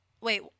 wait